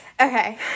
okay